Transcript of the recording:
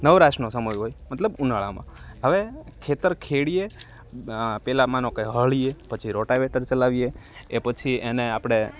નવરાશનો સમય હોય મતલબ ઉનાળામાં હવે ખેતર ખેડીએ પેલા માનો કે હળીએ પછી રોટાવેટર ચલાવીએ એ પછી એને આપડે